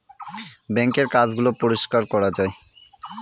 বাঙ্কের কাজ গুলো পরিষ্কার করা যায়